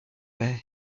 bear